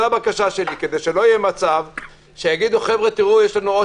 כדי שלא יהיה מצב שיגידו: יש לנו עוד